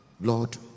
Lord